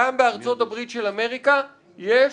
גם בארצות הברית של אמריקה יש